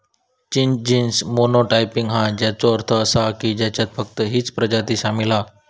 चिंच genus monotypic हा, ज्याचो अर्थ असा की ह्याच्यात फक्त हीच प्रजाती सामील हा